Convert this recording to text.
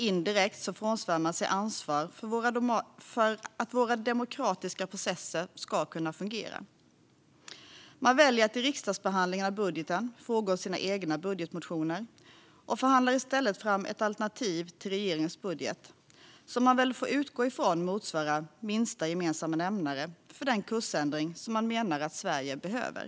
Indirekt frånsvär man sig ansvar för att våra demokratiska processer ska kunna fungera. Man väljer att i riksdagsbehandlingen av budgeten frångå sina egna budgetmotioner och förhandlar i stället fram ett alternativ till regeringens budget, som man väl får utgå från motsvarar minsta gemensamma nämnare för den kursändring som man menar att Sverige behöver.